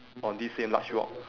on this same large rock